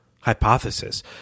hypothesis